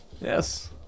Yes